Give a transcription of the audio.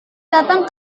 datang